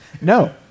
No